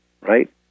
right